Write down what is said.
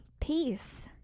peace